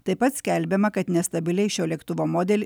taip pat skelbiama kad nestabiliai šio lėktuvo modelį